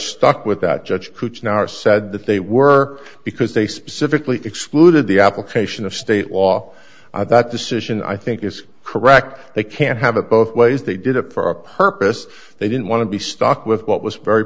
stuck with that judge now or said that they were because they specifically excluded the application of state law i thought decision i think is correct they can't have it both ways they did it for a purpose they didn't want to be stuck with what was very